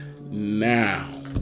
now